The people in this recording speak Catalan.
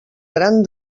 gran